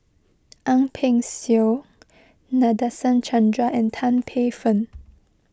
Ang Peng Siong Nadasen Chandra and Tan Paey Fern